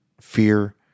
fear